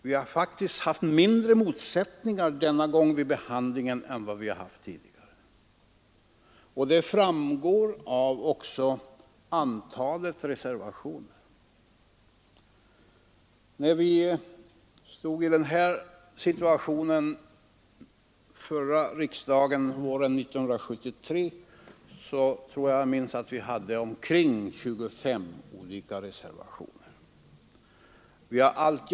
Vi har faktiskt denna gång haft mindre motsättningar vid behandlingen än vi haft tidigare. När vi stod i den här situationen förra våren fanns det, tror jag, omkring 25 reservationer till betänkandet.